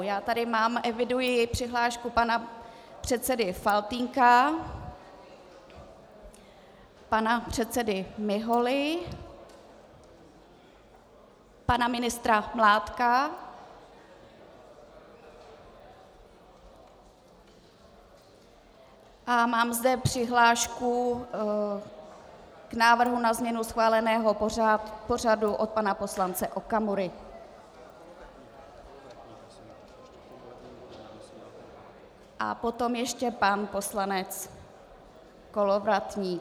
Já tady eviduji přihlášku pana předsedy Faltýnka, pana předsedy Miholy, pana ministra Mládka, a mám zde přihlášku k návrhu na změnu schváleného pořadu od pana poslance Okamury a poté ještě pan poslanec Kolovratník.